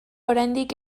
oraindik